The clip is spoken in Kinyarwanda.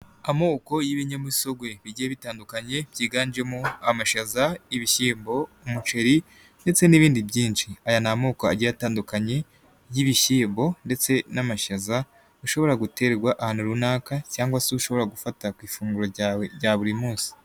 Amoko y'ibinyamisogwe bigiye bitandukanye byiganjemo, amashaza, ibishyimbo, umuceri, ndetse n'ibindi byinshi. Aya ni amoko agiye atandukanye, y'ibishyimbo ndetse n'amashaza, bishobora guterwa ahantu runaka, cyangwa se ushobora gufata ku ifunguro ryawe rya buri munsi.